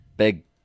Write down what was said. big